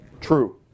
true